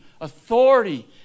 authority